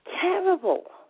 terrible